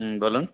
হুম বলুন